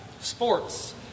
Sports